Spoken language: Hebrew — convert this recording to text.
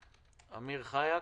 אמיר חייק?